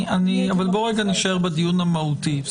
אבל בואו רגע נישאר בדיון המהותי.